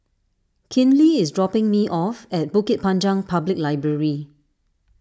Kinley is dropping me off at Bukit Panjang Public Library